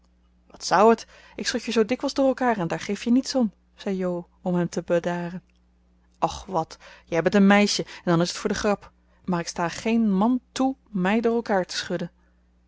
wat zou het ik schud je zoo dikwijls door elkaar en daar geef je niets om zei jo om hem te bedaren och wat jij bent een meisje en dan is het voor de grap maar ik sta geen man toe mij door elkaar te schudden